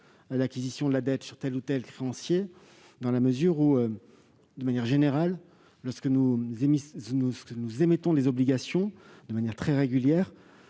l'acquisition de la dette sur tel ou tel créancier, dans la mesure où, de manière générale, lorsque nous émettons des obligations, le taux de couverture